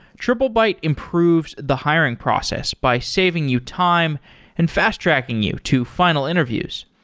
triplebyte improves the hiring process by saving you time and fast-tracking you to final interviews.